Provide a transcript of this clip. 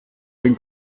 ein